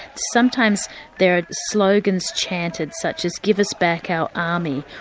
sometimes there are slogans chanted such as give us back our army,